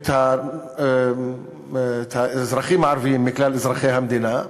את האזרחים הערבים בכלל אזרחי המדינה.